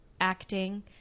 acting